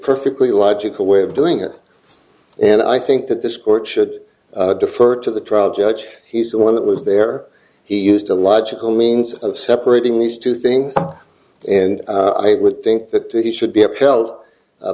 perfectly logical way of doing it and i think that this court should defer to the judge he's the one that was there he used a logical means of separating these two things and i would think that he should be